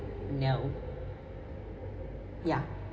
no ya